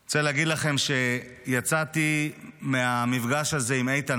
אני רוצה להגיד לכם שיצאתי מהמפגש הזה עם איתן,